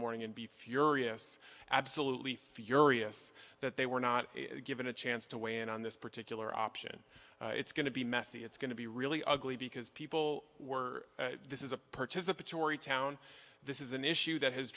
morning and be furious absolutely furious that they were not given a chance to weigh in on this particular option it's going to be messy it's going to be really ugly because people were this is a participatory town this is an issue that has